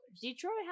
Detroit